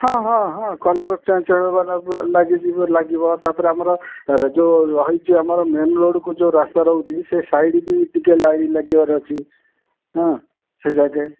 ହଁ ହଁ ହଁ କଲର୍ ଚେଞ୍ଜ୍ ଲାଗିଯିବ ଲାଗିବ ତା'ପରେ ଆମର ଯେଉଁ ରହିଛି ଆମର ମେନ୍ ରୋଡ଼୍କୁ ଯେଉଁ ରାସ୍ତା ରହୁଛି ସେ ସାଇଡ଼୍କି ଟିକେ ଲାଇଟ୍ ଲାଗିବାର ଅଛି ହଁ ସେ ଜାକେ